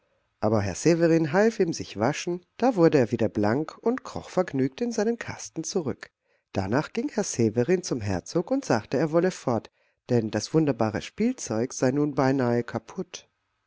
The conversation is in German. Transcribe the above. aber herr severin half ihm sich waschen da wurde er wieder blank und kroch vergnügt in seinen kasten zurück danach ging herr severin zum herzog und sagte er wolle fort denn das wunderbare spielzeug sei nun beinahe kaputt